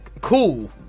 cool